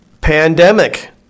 Pandemic